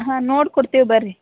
ಹಾಂ ನೋಡಿ ಕೊಡ್ತೀವಿ ಬನ್ರಿ